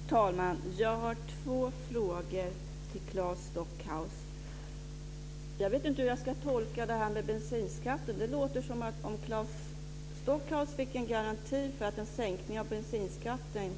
Fru talman! Jag har två frågor till Claes Stockhaus. Jag vet inte hur jag ska tolka detta med bensinskatten. Det låter som att om Claes Stockhaus fick en garanti för att en sänkning av bensinskatten